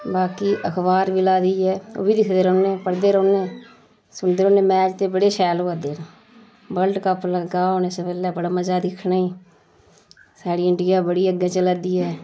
बाकी अखबार बी लाई दी ऐ ओह् बी दिखदे रौह्न्ने पढ़दे रौह्न्ने सुनदे रौह्न्ने मैच ते बड़े शैल होआ दे न बल्ड कप लगा हून इस बेल्लै बड़ा मजा दिक्खने ई साढ़ी इंडिया बड़ी अग्गें चला दी ऐ